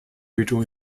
hiertoe